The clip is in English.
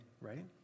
right